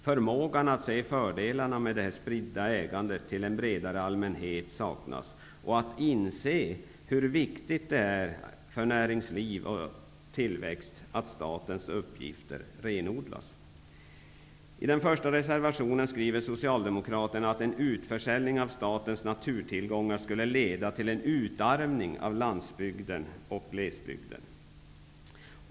Förmågan att se fördelarna med att sprida ägandet till en bredare allmänhet saknas. Det gäller dessutom förmågan att inse hur viktigt det är för tillväxten i näringslivet att statens uppgifter renodlas. Socialdemokraterna att ''en utförsäljning av statens naturtillgångar skulle leda till en utarmning av landsbygden och glesbygden.''